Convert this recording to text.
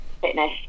fitness